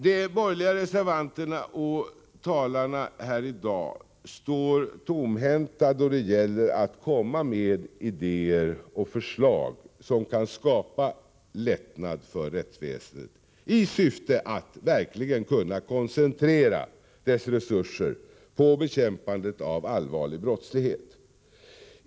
De borgerliga reservanterna, och talarna här i dag, står tomhänta då det gäller att komma med idéer och förslag som kan skapa lättnad för rättsväsendet i syfte att verkligen kunna koncentrera dess resurser på bekämpandet av allvarlig brottslighet.